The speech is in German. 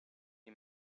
die